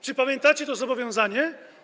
Czy pamiętacie to zobowiązanie?